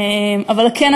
אבל כן,